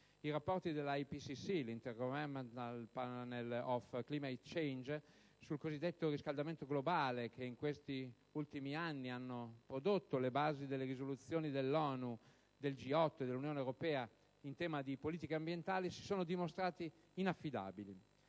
I rapporti dell'IPCC (*Intergovernmental Panel on Climate Change*) sul cosiddetto riscaldamento globale che in questi ultimi anni hanno prodotto le basi delle risoluzioni dell'ONU, del G8 e dell'Unione europea in tema di politiche ambientali si sono dimostrati inaffidabili.